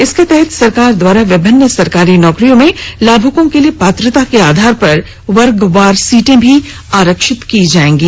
इसके तहत सरकार द्वारा विभिन्न सरकारी नौकरियों में लाभुकों के लिए पात्रता के आधार पर वर्गवार सीटें भी आरक्षित की जाएंगी